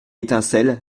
étincelle